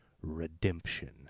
redemption